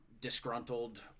disgruntled